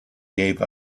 gave